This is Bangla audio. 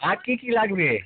আর কী কী লাগবে